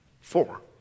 four